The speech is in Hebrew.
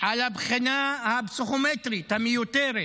על הבחינה הפסיכומטרית המיותרת.